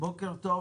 בוקר טוב,